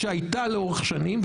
שהייתה לאורך שנים,